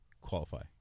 qualify